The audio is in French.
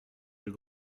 yeux